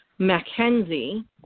Mackenzie